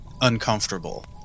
uncomfortable